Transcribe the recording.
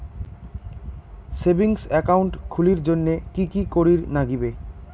Savings account খুলির জন্যে কি কি করির নাগিবে?